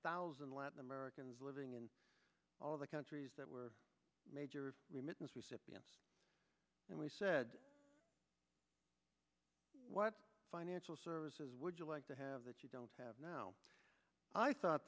thousand latin americans living in all the countries that were major remittance recipients and we said what financial services would you like to have that you don't have now i thought